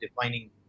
defining